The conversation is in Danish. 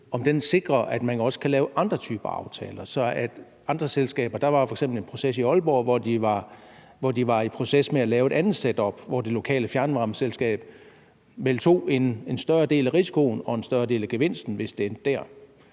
lavede, sikrer, at man også kan lave andre typer aftaler. Der var f.eks. et tilfælde i Aalborg, hvor de var i proces med at lave et andet setup, og hvor det lokale fjernvarmeselskab vel tog en større del af risikoen og en større del af gevinsten, hvis det endte der.